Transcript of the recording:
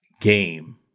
game